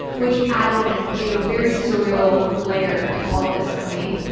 which added and ah a very surreal layer to all of this for me.